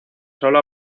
sólo